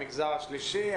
המגזר השלישי,